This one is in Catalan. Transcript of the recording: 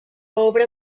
obra